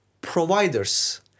providers